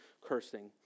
cursing